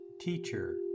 Teacher